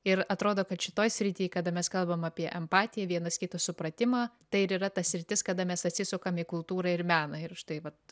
ir atrodo kad šitoj srity kada mes kalbam apie empatiją vienas kito supratimą tai ir yra ta sritis kada mes atsisukam į kultūrą ir meną ir štai vat